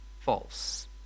false